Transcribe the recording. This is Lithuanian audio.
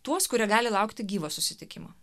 tuos kurie gali laukti gyvo susitikimo